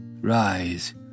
Rise